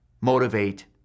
motivate